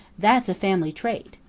that's a family trait.